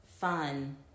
fun